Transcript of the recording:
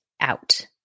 out